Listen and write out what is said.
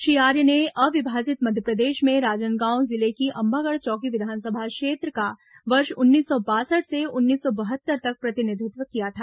श्री आर्य ने अविभाजित मध्यप्रदेश में राजनांदगांव जिले की अंबागढ़ चौकी विधानसभा क्षेत्र का वर्ष उन्नीस सौ बासठ से उन्नीस सौ बहत्तर तक प्रतिनिधित्व किया था